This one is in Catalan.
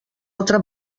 altra